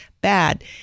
bad